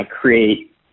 create